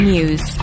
News